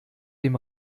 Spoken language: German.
dem